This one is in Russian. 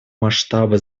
масштабы